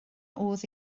oedd